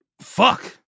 Fuck